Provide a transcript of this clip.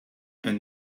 and